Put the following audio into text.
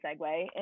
segue